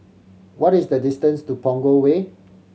what is the distance to Punggol Way